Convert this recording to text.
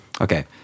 Okay